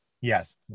Yes